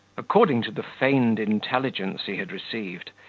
according to the feigned intelligence he had received,